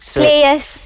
players